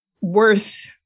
worth